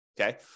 Okay